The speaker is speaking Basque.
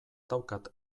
daukat